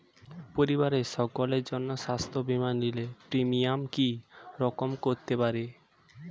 পরিবারের সকলের জন্য স্বাস্থ্য বীমা নিলে প্রিমিয়াম কি রকম করতে পারে?